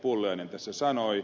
pulliainen tässä sanoi